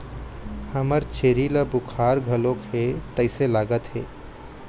हमर छेरी ल बुखार घलोक हे तइसे लागत हे